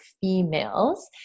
females